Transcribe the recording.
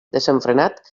desenfrenat